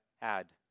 add